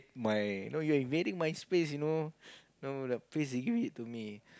my know you're invading my space you know know that place give it to me